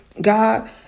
God